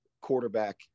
quarterback